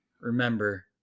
Remember